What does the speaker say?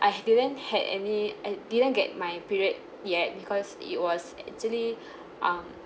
I didn't had any I didn't get my period yet because it was actually um